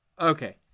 Okay